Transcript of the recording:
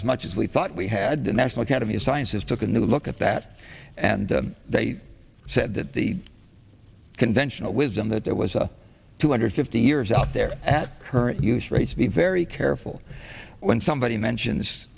as much as we thought we had the national academy of sciences took a new look at that and they said that the conventional wisdom that there was a two hundred fifty years out there at current use rates be very careful when somebody mentions